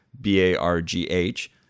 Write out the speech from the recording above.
B-A-R-G-H